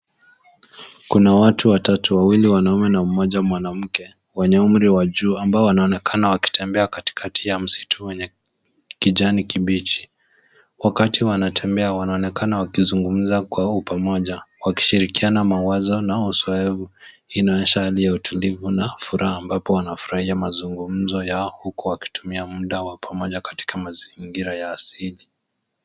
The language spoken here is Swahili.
Kuna watu watatu, wawili wanaume na mmoja mwanamke wenye umri wa juu, ambao wanonekana wakitembea katikati ya msitu wenye kijani kibichi. Wakati wanatembea, wanonekana wakizungumza kwa upamoja, wakishirikiana mawazo na uzoefu. Inaonyesha hali ya utulivu na furaha ambapo wanafurahia mazungumzo yao huku wakitumia mda wa pamoja katika mazingira ya asili.